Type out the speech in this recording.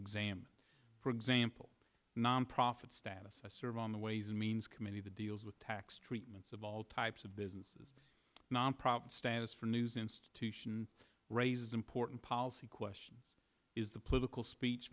examined for example nonprofit status i serve on the ways and means committee that deals with tax treatments of all types of businesses nonprofit status for news institution raises important policy questions is the political speech